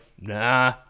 nah